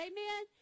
Amen